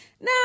Now